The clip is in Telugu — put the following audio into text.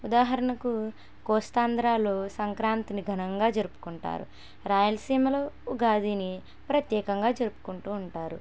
ఉదాహరణకు కోస్తాంధ్రాలో సంక్రాంతిని ఘనంగా జరుపుకుంటారు రాయలసీమలో ఉగాది ప్రత్యేకంగా జరుపుకుంటు ఉంటారు